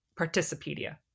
Participedia